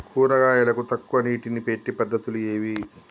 కూరగాయలకు తక్కువ నీటిని పెట్టే పద్దతులు ఏవి?